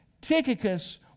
Tychicus